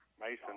Mason